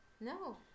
No